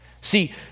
See